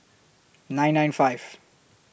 nine nine five